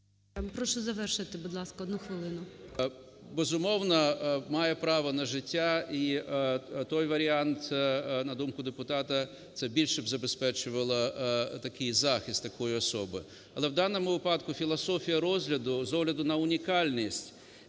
Прошу завершити, будь ласка, 1 хвилину. НЕМИРЯ Г.М. …безумовно, має право на життя і той варіант, на думку депутата, це більше б забезпечувало такий захист такої особи. Але в даному випадку філософія розгляду з огляду на унікальність